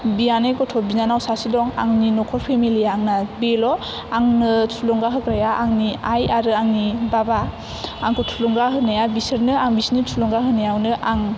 बियानै गथ' बिनानाव सासे दङ आंनि नख'र फेमिलिया आंना बेल' आंनो थुलुंगा होग्राया आंनि आइ आरो आंनि बाबा आंखौ थुलुंगा होनाया बिसोरनो आं बिसोरनि थुलुंगा होनायावनो आं